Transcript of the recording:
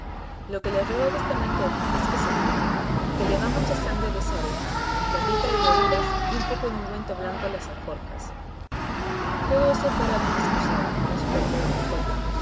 lo que le ruego a vuestra merced es que se cure que le va mucha sangre de esa oreja que aquí traigo hilas y un poco de ungüento blanco en las alforjas todo eso fuera bien escusado respondió don quijote